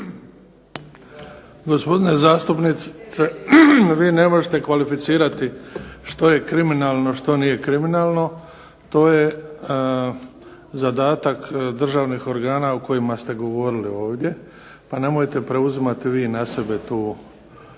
Gospodine zastupniče, vi ne možete kvalificirati što je kriminalno što nije kriminalno, to je zadatak državnih organa o kojima se govorili ovdje, pa nemojte preuzimati vi na sebe te ovlasti